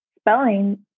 spelling